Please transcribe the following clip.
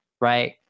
right